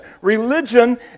Religion